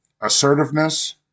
Assertiveness